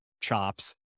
chops